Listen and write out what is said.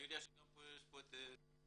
ואני יודע שנמצאת פה מירה קידר,